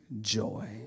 joy